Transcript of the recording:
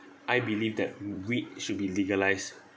I believe that weed should be legalised